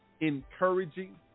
encouraging